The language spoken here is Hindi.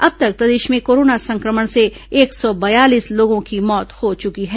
अब तक प्रदेश में कोरोना संक्रमण से एक सौ बयालीस लोगों की मौत हो चुकी है